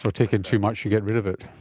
and taking too much, you get rid of it.